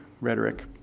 rhetoric